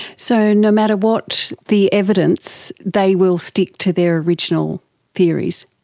so no matter what the evidence, they will stick to their original theories.